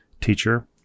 teacher